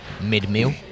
Mid-meal